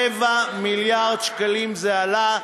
רבע מיליארד שקל זה עלה,